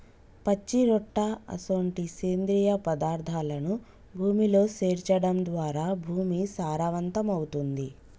పచ్చిరొట్ట అసొంటి సేంద్రియ పదార్థాలను భూమిలో సేర్చడం ద్వారా భూమి సారవంతమవుతుంది